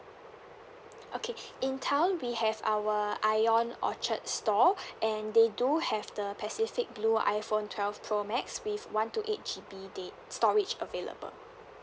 okay in town we have our ION orchard store and they do have the pacific blue iphone twelve pro max with one two eight G_B dat~ storage available